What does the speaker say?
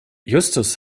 justus